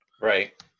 Right